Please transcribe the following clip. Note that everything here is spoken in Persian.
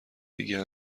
دیگه